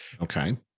Okay